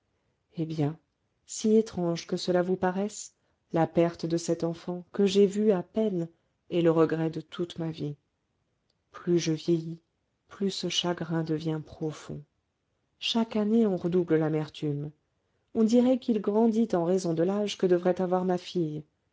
eh bien si étrange que cela vous paraisse la perte de cette enfant que j'ai vue à peine est le regret de toute ma vie plus je vieillis plus ce chagrin devient profond chaque année en redouble l'amertume on dirait qu'il grandit en raison de l'âge que devrait avoir ma fille